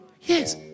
yes